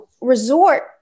resort